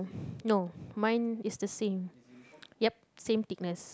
no mine is the same yup same thickness